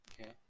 okay